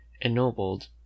ennobled